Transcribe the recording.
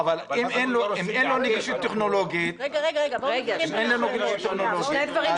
אבל אם אין לו נגישות טכנולוגית --- אלה שני דברים שונים,